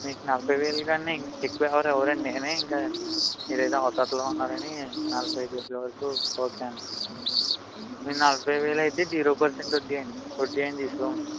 మీకు నలభైవేల కన్నా ఎక్కువ ఎవ్వరూ ఇవ్వరు అండి నేనే ఇంకా మీరు ఏదో అవసరంలో ఉన్నారని నలభై ఐదువేల వరకూ ఒకే అండి మీరు నలభై వేలు అయితే జీరో పెర్సెంట్ వడ్డీ అండి వడ్డీ ఏం తీసుకోము